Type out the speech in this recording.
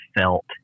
felt